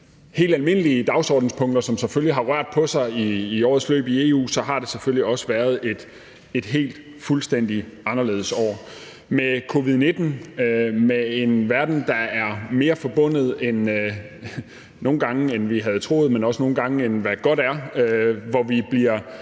helt almindelige dagsordenspunkter, som selvfølgelig har rørt på sig i årets løb i EU, så har det selvfølgelig været et helt fuldstændig anderledes år med covid-19 og med en verden, der er mere forbundet, end vi nogle gange havde troet, men også nogle gange mere, end hvad godt er, og hvor vi bliver